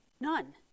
None